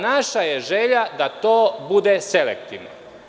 Naša je želja da to bude selektivno.